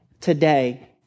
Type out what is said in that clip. today